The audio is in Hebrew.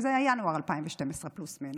כי זה היה ינואר 2012 פלוס מינוס,